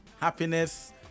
happiness